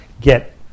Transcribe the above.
get